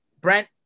Brent